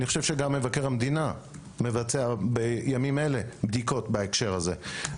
אני חושב שגם מבקר המדינה מבצע בימים אלה בדיקות בהקשר הזה.